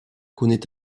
connaît